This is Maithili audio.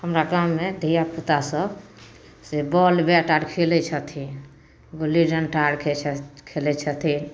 हमरा गाँवमे धिया पूता सब से बॉल बैट आर खेलै छथिन गुल्ली डंटा आर खेलै छथिन